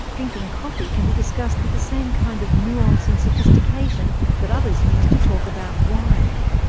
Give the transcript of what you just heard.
drinking coffee can be discussed with the same kind of nuance and sophistication that others use to talk about wine.